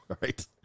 Right